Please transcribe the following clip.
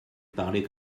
parlez